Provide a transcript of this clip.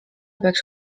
peaks